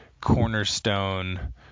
cornerstone